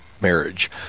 marriage